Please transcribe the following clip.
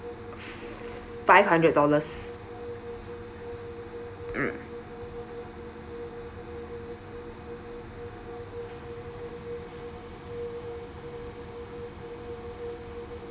five hundred dollars mm